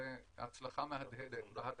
זו הצלחה מהדהדת, ההתקנה.